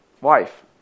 wife